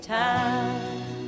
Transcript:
time